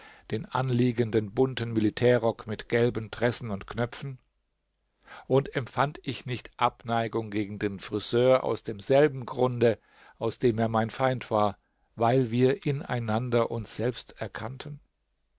den anliegenden bunten militärrock mit gelben tressen und knöpfen und empfand ich nicht abneigung gegen den friseur aus demselben grunde aus dem er mein feind war weil wir in einander uns selbst erkannten